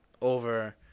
Over